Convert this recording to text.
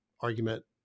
argument